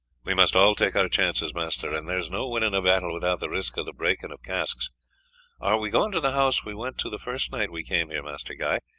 we must all take our chances, master, and there is no winning a battle without the risk of the breaking of casques. are we going to the house we went to the first night we came here, master guy?